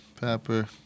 pepper